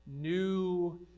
new